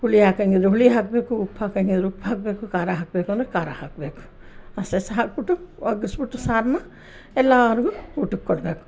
ಹುಳಿ ಹಾಕೋಂಗಿದ್ರೆ ಹುಳಿ ಹಾಕಬೇಕು ಉಪ್ಪು ಹಾಕೋಂಗಿದ್ರೆ ಉಪ್ಪು ಹಾಕಬೇಕು ಖಾರ ಹಾಕಬೇಕು ಅಂದರೆ ಖಾರ ಹಾಕಬೇಕು ಅಷ್ಟೆ ಸಹಾ ಹಾಕ್ಬಿಟ್ಟು ಒಗ್ಸ್ಬಿತ್ತು ಸಾರನ್ನ ಎಲ್ಲರ್ಗೂ ಊಟಕ್ಕೆ ಕೊಡಬೇಕು